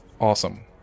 Awesome